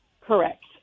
Correct